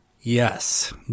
Yes